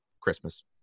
Christmas